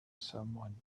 someone